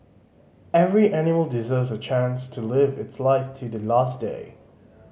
every animal deserves a chance to live its life till the last day